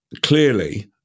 clearly